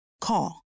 Call